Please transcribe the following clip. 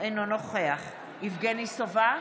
אינו נוכח יבגני סובה,